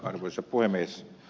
arvoisa puhemies